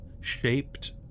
Shaped